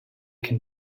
can